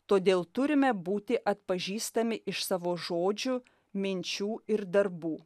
todėl turime būti atpažįstami iš savo žodžių minčių ir darbų